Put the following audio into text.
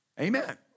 Amen